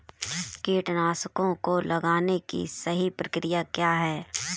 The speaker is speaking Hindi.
कीटनाशकों को लगाने की सही प्रक्रिया क्या है?